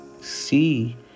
see